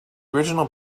original